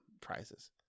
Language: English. prizes